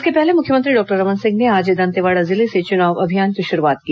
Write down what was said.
इसके पहले मुख्यमंत्री डॉक्टर रमन सिंह ने आज दंतेवाड़ा जिले से चुनाव अभियान की शुरूआत की